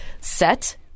set